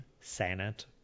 Senate